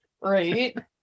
right